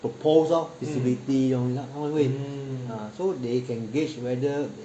propose lor feasibility all these 他们会 so they can gauge whether